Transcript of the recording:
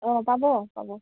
অঁ পাব পাব